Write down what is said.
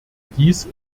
dies